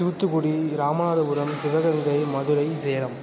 Thoothukudi Ramanathapuram Sivaganga Madurai Salem